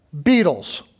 Beatles